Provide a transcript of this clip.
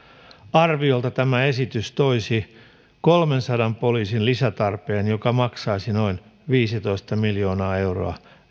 esitys toisi arviolta kolmensadan poliisin lisätarpeen joka maksaisi noin viisitoista miljoonaa euroa